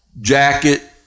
jacket